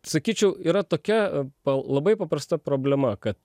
sakyčiau yra tokia a pa labai paprasta problema kad